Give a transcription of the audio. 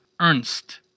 Ernst